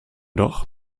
doch